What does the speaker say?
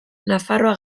nafarroa